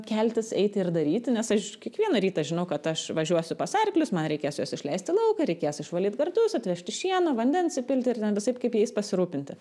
keltis eiti ir daryti nes aš kiekvieną rytą žinau kad aš važiuosiu pas arklius man reikės juos išleist į lauką reikės išvalyt gardus atvežti šieno vandens įpilti ir ten visaip kaip jais pasirūpinti